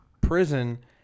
prison